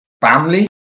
family